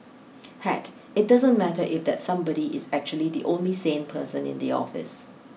heck it doesn't matter if that somebody is actually the only sane person in the office